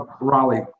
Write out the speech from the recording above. Raleigh